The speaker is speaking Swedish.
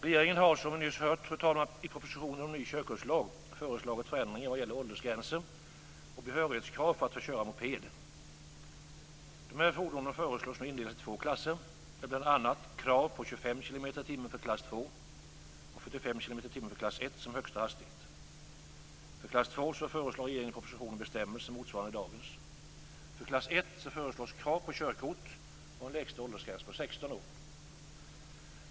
Regeringen har, som vi nyss hört, i propositionen om ny körkortslag föreslagit förändringar när det gäller åldersgränser och behörighetskrav för att få köra moped. Dessa fordon föreslås indelas i två klasser med bl.a. krav på 25 kilometer i timmen för klass 2 och 45 kilometer i timmen för klass 1 som högsta hastighet. För klass 2 föreslår regeringen i propositionen bestämmelser motsvarande dagens. För klass 1 föreslås krav på körkort och en lägsta åldersgräns på 16 år.